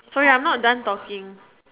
sorry I'm not done talking